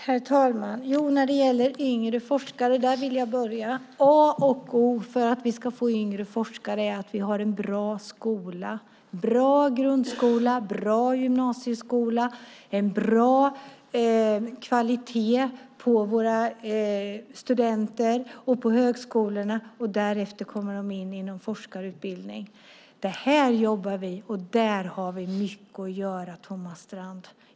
Herr talman! Jag vill börja med att säga något om de yngre forskarna. A och O för att vi ska få yngre forskare är att vi har en bra skola: bra grundskola, bra gymnasieskola, en bra kvalitet på våra studenter och på högskolorna. Därefter kommer de in i forskarutbildningen. Detta jobbar vi med, och där har vi mycket att göra, Thomas Strand.